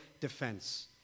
defense